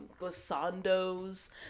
glissandos